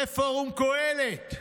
זה פורום קהלת,